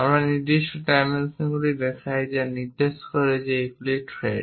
আমরা নির্দিষ্ট ডাইমেনশনগুলি দেখাই যা নির্দেশ করে যে এইগুলি থ্রেড